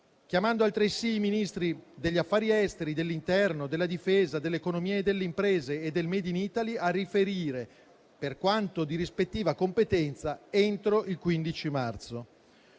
chiamando altresì i Ministri degli affari esteri, dell'interno, della difesa, dell'economia e delle imprese e del made in Italy a riferire, per quanto di rispettiva competenza, entro il 15 marzo.